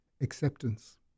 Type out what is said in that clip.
Acceptance